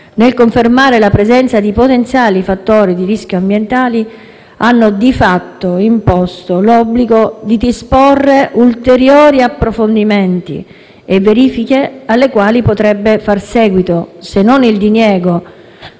nel confermare la presenza di potenziali fattori di rischio ambientale, hanno di fatto imposto l'obbligo di disporre ulteriori approfondimenti e verifiche a cui potrebbe far seguito, se non il diniego